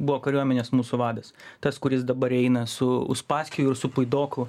buvo kariuomenės mūsų vadas tas kuris dabar eina su uspaskich ir su puidoku